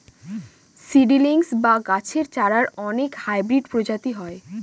seedlings বা গাছের চারার অনেক হাইব্রিড প্রজাতি হয়